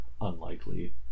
unlikely